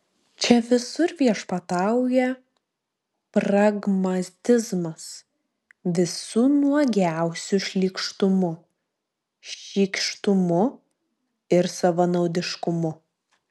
čia visur viešpatauja pragmatizmas visu nuogiausiu šlykštumu šykštumu ir savanaudiškumu